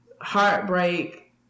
heartbreak